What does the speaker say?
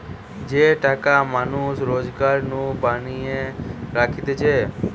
যে টাকা মানুষ রোজগার নু বাঁচিয়ে রাখতিছে